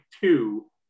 two